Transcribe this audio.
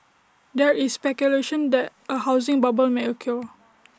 there is speculation that A housing bubble may occur